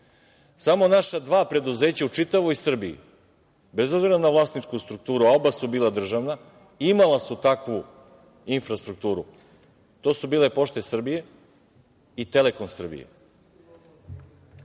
naša dva preduzeća u čitavoj Srbiji, bez obzira na vlasničku strukturu, a oba su bila državna, imala su takvu infrastrukturu. To su bile „Pošte Srbije“ i „Telekom Srbije“.